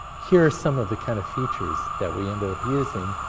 here are some of the kind of features that we ended up using.